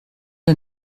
der